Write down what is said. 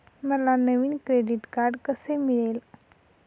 मला नवीन credit card कसे मिळेल?